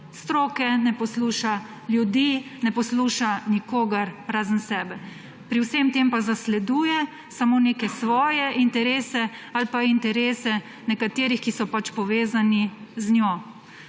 stroke, ne posluša ljudi, ne posluša nikogar, razen sebe. Pri vsem tem pa zasleduje samo neke svoje interese ali pa interese nekaterih, ki so povezani z njo.